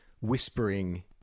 whispering